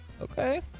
Okay